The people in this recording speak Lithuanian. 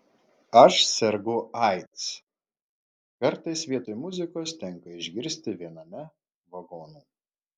aš sergu aids kartais vietoj muzikos tenka išgirsti viename vagonų